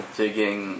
digging